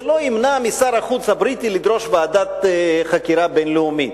זה לא ימנע משר החוץ הבריטי לדרוש ועדת חקירה בין-לאומית.